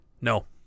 No